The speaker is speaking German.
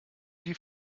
die